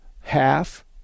half